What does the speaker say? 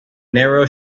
narrow